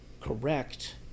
correct